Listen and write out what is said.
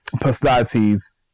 personalities